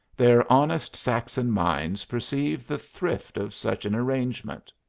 their honest saxon minds perceive the thrift of such an arrangement.